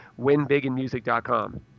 winbiginmusic.com